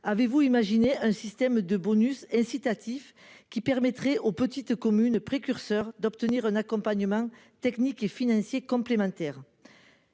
Avez-vous imaginé un système de bonus incitatifs qui permettrait aux petites communes précurseur d'obtenir un accompagnement technique et financier complémentaire.